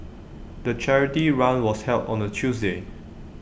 the charity run was held on A Tuesday